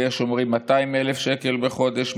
ויש אומרים 200,000 שקל בחודש,